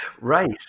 Right